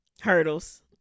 hurdles